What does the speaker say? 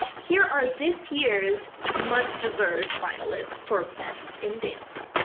here are this year's much deserved finalists for best in dance,